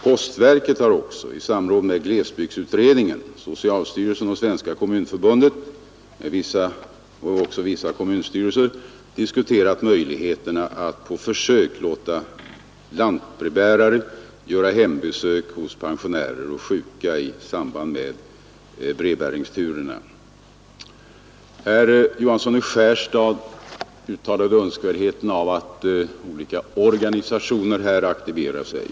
Postverket har också i samråd med glesbygdsutredningen, socialstyrelsen, Svenska kommunförbundet och vissa kommunstyrelser diskuterat möjligheterna att på försök låta lantbrevbärare göra hembesök hos pensionärer och sjuka i samband med brevbäringsturerna. Herr Johansson i Skärstad uttalade önskvärdheten av att olika organisationer engagerar sig på detta område.